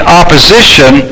opposition